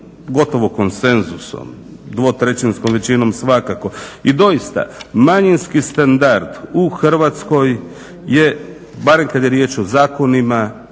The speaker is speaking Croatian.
gotovo konsenzusom, dvotrećinskom većinom svakako. I doista, manjinski standard u Hrvatskoj je barem kad je riječ o zakonima